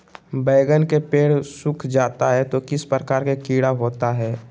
बैगन के पेड़ सूख जाता है तो किस प्रकार के कीड़ा होता है?